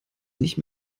nicht